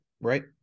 right